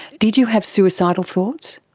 did you have suicidal thoughts?